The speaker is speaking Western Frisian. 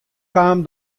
kaam